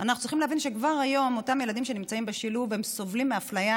אנחנו צריכים להבין שכבר היום אותם ילדים שנמצאים בשילוב סובלים מאפליה